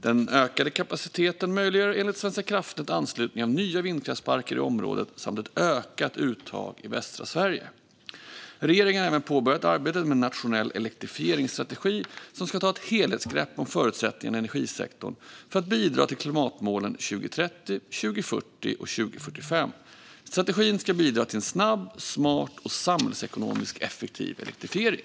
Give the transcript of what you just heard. Den ökade kapaciteten möjliggör enligt Svenska kraftnät anslutning av nya vindkraftsparker i området samt ökat ett uttag i västra Sverige. Regeringen har även påbörjat arbetet med en nationell elektrifieringsstrategi som ska ta ett helhetsgrepp om förutsättningarna i energisektorn för att bidra till klimatmålen 2030, 2040 och 2045. Strategin ska bidra till en snabb, smart och samhällsekonomiskt effektiv elektrifiering.